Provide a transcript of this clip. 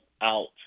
out